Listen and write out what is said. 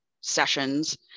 sessions